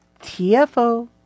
TFO